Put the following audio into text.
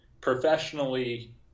professionally